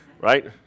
right